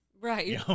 Right